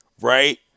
Right